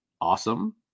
Awesome